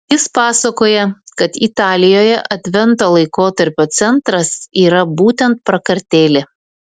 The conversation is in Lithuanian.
jis pasakoja kad italijoje advento laikotarpio centras yra būtent prakartėlė